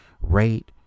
rate